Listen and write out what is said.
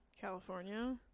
California